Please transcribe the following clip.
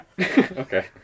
Okay